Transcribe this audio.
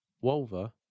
Wolver